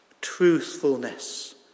truthfulness